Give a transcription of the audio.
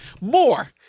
more